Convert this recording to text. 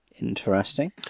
Interesting